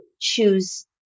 choose